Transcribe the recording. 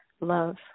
love